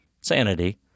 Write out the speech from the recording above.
sanity